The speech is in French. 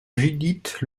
judith